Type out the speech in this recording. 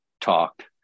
talked